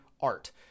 art